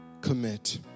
commit